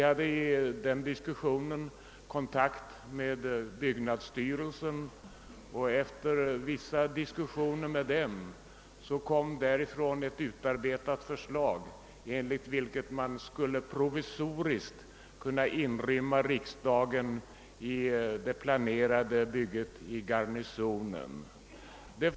Under tiden hade vi kontakt med byggnadsstyrelsen, och efter vissa diskussioner presenterade denna ett utarbetat förslag, enligt vilket riksdagen provisoriskt skulle kunna inrymmas i det planerade bygget i kvarteret Garnisonen.